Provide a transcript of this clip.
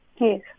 Yes